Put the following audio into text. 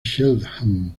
cheltenham